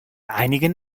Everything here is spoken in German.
einigen